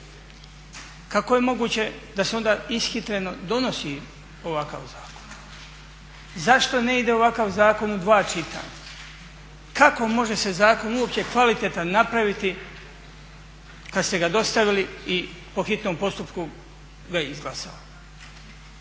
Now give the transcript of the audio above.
Kako je moguće da se onda ishitreno donosi ovakav zakon, zašto ne ide ovakav zakon u dva čitanja? Kako može se zakon uopće kvalitetan napraviti kad ste ga dostavili i po hitnom postupku ga izglasao?